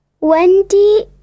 wendy